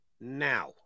now